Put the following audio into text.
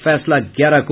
फैसला ग्यारह को